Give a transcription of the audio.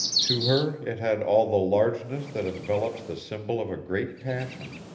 to her it had all the largeness that envelops the symbol of a great passion.